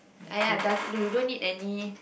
!aiya! doe~ you don't need any